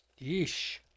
Yeesh